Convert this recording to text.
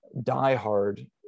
diehard